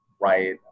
right